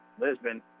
Lisbon